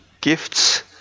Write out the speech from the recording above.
Gifts